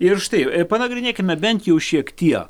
ir štai panagrinėkime jau šiek tiek